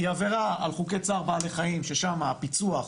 היא עבירה על חוקי צער בעלי חיים ששם הפיצוח,